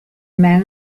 man